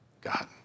God